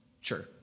sure